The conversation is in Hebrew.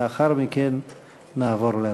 לאחר מכן נעבור להצבעה.